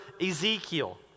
Ezekiel